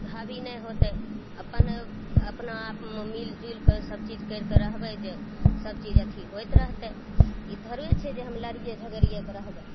हावी नहि होतै अपन अपना आपमे मिलिजुलिके सबचीज करिके रहबै जे सबचीज अथी होइत रहतै ई थोड़बे छै जे हम लड़िए झगड़िएके रहबै